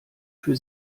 für